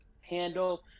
handle